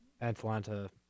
Atlanta